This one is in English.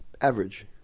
average